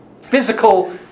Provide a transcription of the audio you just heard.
physical